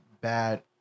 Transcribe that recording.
bad